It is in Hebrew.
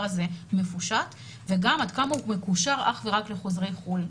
הזה מפושט וגם עד כמה הוא מקושר אך ורק לחוזרי חו"ל.